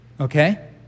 Okay